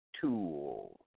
tool